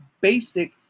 basic